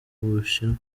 bushinwa